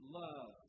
love